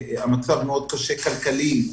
המצב הכלכלי מאוד קשה,